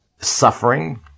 suffering